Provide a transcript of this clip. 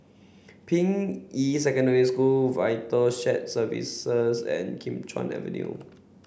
Ping Yi Secondary School VITAL Shared Services and Kim Chuan Avenue